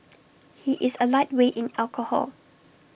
he is A lightweight in alcohol